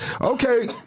Okay